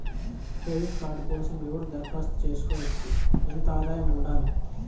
Credit card కోసం ఎవరు దరఖాస్తు చేసుకోవచ్చు? ఎంత ఆదాయం ఉండాలి?